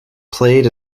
played